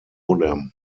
modem